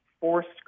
forced